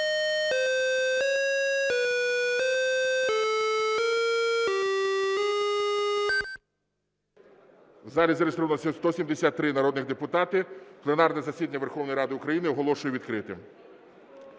У залі зареєструвалося 173 народні депутати. Пленарне засідання Верховної Ради України оголошую відкритим.